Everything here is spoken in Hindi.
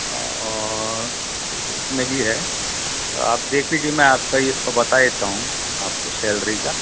और उसमें भी है और आप देख लीजिए मैं आपका ये इसको बता देता हूँ आपको सैलरी का